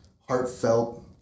heartfelt